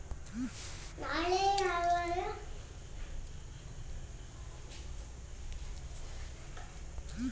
December ಹತ್ತು ಎರಡು ಸಾವಿರ ಹದಿನೆಂಟು ಸರ್ಕಾರ ಎಂ.ಪಿ.ಎಸ್ ಅನ್ನು ಭಾರತ ಸಂಪೂರ್ಣ ತೆರಿಗೆ ಸಾಧನೆಯಾಗಿದೆ